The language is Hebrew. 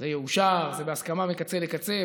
זה יאושר, זה בהסכמה מקצה לקצה.